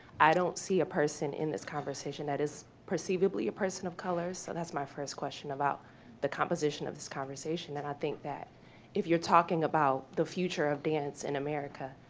i don't see a person in this conversation that is perceivably a person of color, so that's my first question about the composition of this conversation, because i think that if you're talking about the future of dance in america,